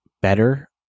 better